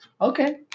Okay